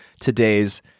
today's